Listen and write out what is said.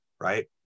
Right